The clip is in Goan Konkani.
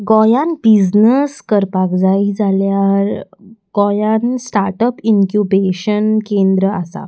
गोंयांत बिजनस करपाक जाय जाल्यार गोंयान स्टार्टअप इन्क्युबेशन केंद्र आसा